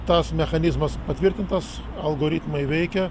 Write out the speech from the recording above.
tas mechanizmas patvirtintas algoritmai veikia